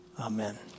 Amen